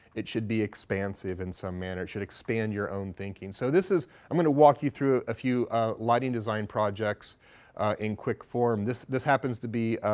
it should be expansive in some manner, it should expand your own thinking. so this is i'm going to walk you through a few lighting design projects in quick form. this this happens to be